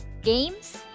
games